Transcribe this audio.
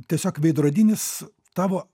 tiesiog veidrodinis tavo